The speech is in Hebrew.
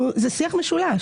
זה שיח משולש.